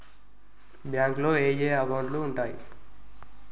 బ్యాంకులో ఏయే అకౌంట్లు ఉంటయ్?